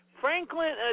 Franklin